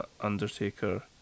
Undertaker